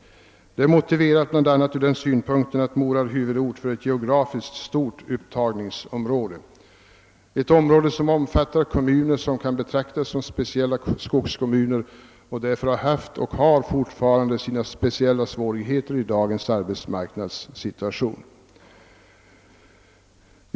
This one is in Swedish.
Detta är motiverat bl.a. ur den synpunkten att Mora är huvudort för ett geografiskt stort upptagningsområde — ett område som omfattar kommuner vilka kan betraktas som skogskommuner och därför har sina speciella svårigheter i dagens arbetsmarknadssituation.